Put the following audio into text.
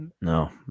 no